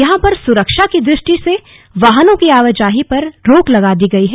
यहां पर सुरक्षा की दृष्टि से वाहनों की आवाजाही पर रोक लगा दी गई है